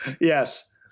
yes